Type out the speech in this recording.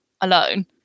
alone